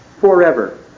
forever